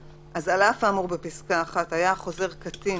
(2) על אף האמור בפסקה (1), היה החוזר קטין